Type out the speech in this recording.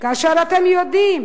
כאשר אתם יודעים